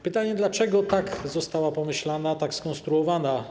Pytanie, dlaczego ta rada została tak pomyślana, tak skonstruowana.